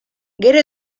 gero